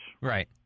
Right